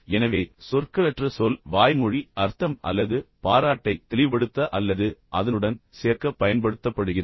எனவே சொற்களற்ற சொல் வாய்மொழி அர்த்தம் அல்லது பாராட்டை தெளிவுபடுத்த அல்லது அதனுடன் சேர்க்க பயன்படுத்தப்படுகிறது